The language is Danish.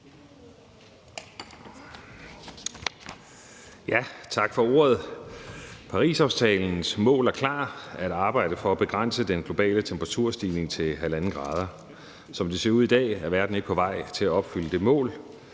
Tak for ordet. Parisaftalens mål er klart: at arbejde for at begrænse den globale temperaturstigning til 1,5 grader. Som det ser ud i dag, er verden ikke på vej til at opfylde det mål.